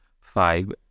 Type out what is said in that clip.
five